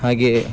ಹಾಗೇ